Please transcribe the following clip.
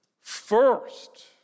first